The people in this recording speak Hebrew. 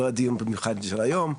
זה לא הדיון במיוחד של היום,